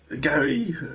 Gary